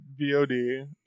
VOD